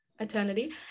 eternity